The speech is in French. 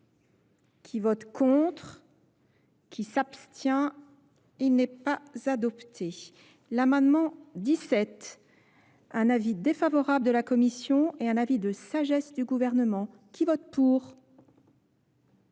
qui vote contre qui s'abstient et n'est pas adopté l'amendement dix sept un avis défavorable de la commission et un avis de sagesse du gouvernement qui vote pour